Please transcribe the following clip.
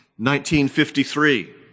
1953